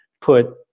put